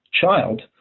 child